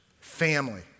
family